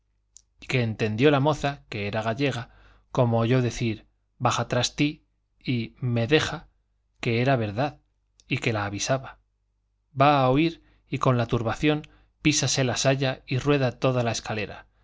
que entendió la moza que era gallega como oyó decir baja tras ti y me deja que era verdad y que la avisaba va a huir y con la turbación písase la saya y rueda toda la escalera